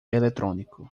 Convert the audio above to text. eletrônico